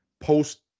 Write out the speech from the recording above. post